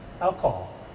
alcohol